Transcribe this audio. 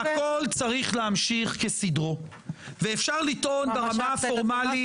אפשר לטעון שהכול צריך להמשיך כסדרו ואפשר לטעון ברמה הפורמלית